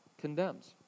condemns